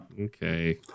Okay